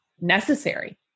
necessary